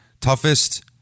Toughest